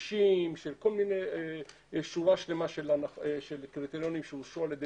כמובן כדי להוביל את המהלכים הגדולים האלה ברשויות